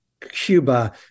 Cuba